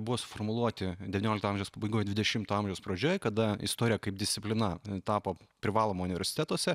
buvo suformuluoti devyniolikto amžiaus pabaigoj dvidešimto amžiaus pradžioj kada istorija kaip disciplina tapo privaloma universitetuose